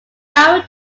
fire